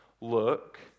look